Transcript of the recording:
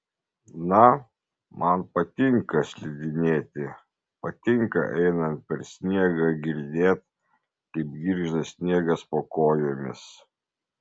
na man patinka slidinėti patinka einant per sniegą girdėt kaip girgžda sniegas po kojomis